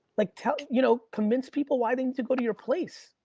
like tell, you know convince people why they need to go to your place.